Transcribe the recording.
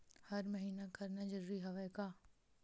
हर महीना करना जरूरी हवय का?